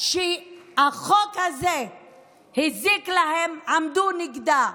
שהחוק הזה הזיק להן עמדו נגדה,